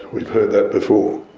we've heard that before.